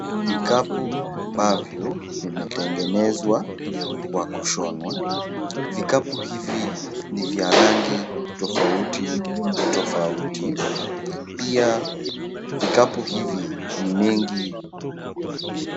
Vikapu ambavyo vimetengwnezwa kwa kushonwa. Vikapu hivi ni vya rangi tofauti tofauti. Pia, vikapu hivi ni mingi.